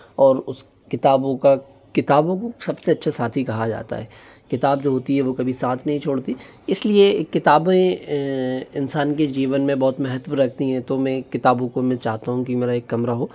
और उस किताबों का किताबों को सबसे अच्छा साथी कहा जाता है किताब जो होती है वो कभी साथ नहीं छोड़ती इसलिए किताबे इंसान के जीवन में बहुत महत्व रखती हैं तो मैं किताबो को मैं चाहता हूँ कि मेरा एक कमरा हो